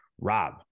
Rob